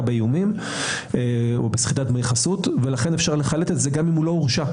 באיומים או בסחיטת דמי חסות ולכן אפשר לחלט את זה גם אם הוא לא הורשע.